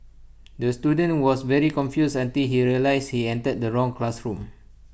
the student was very confused until he realised he entered the wrong classroom